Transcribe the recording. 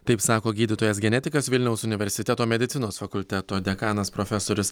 taip sako gydytojas genetikas vilniaus universiteto medicinos fakulteto dekanas profesorius